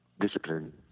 discipline